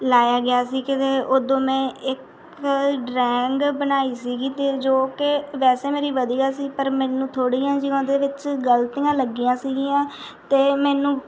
ਲਾਇਆ ਗਿਆ ਸੀ ਕਿਤੇ ਉਦੋਂ ਮੈਂ ਇੱਕ ਡਰਾਇੰਗ ਬਣਾਈ ਸੀਗੀ ਅਤੇ ਜੋ ਕਿ ਵੈਸੇ ਮੇਰੀ ਵਧੀਆ ਸੀ ਪਰ ਮੈਨੂੰ ਥੋੜ੍ਹੀਆਂ ਜਿਹੀਆਂ ਉਹਦੇ ਵਿੱਚ ਗਲਤੀਆਂ ਲੱਗੀਆਂ ਸੀਗੀਆਂ ਅਤੇ ਮੈਨੂੰ